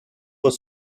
was